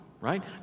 right